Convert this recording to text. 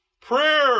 Prayer